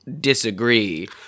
disagree